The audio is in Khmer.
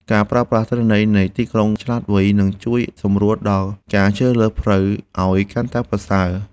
ការប្រើប្រាស់ទិន្នន័យនៃទីក្រុងឆ្លាតវៃ នឹងជួយសម្រួលដល់ការជ្រើសរើសផ្លូវឱ្យកាន់តែប្រសើរ។